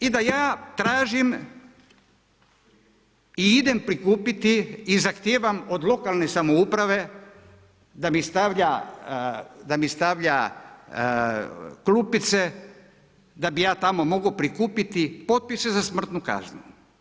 I da ja tražim i idem prikupiti i zahtijevam od lokalne samouprave da mi stavlja klupice da bi ja tamo mogao prikupiti potpise za smrtnu kaznu.